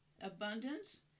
abundance